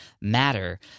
matter